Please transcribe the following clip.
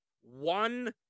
one